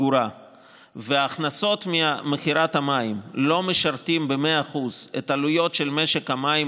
סגורה וההכנסות ממכירת המים לא משרתות ב-100% את העלויות של משק המים,